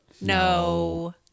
no